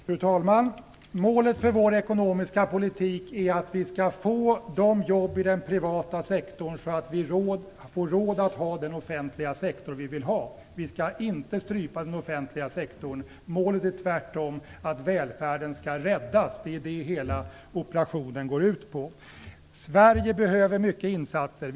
Fru talman! Målet för vår ekonomiska politik är att vi skall få de jobb i den privata sektorn att vi får råd att ha den offentliga sektor vi vill ha. Vi skall inte strypa den offentliga sektorn. Målet är tvärtom att välfärden skall räddas. Det är det hela operationen går ut på. Sverige behöver många insatser.